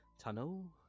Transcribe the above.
tunnel